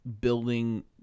building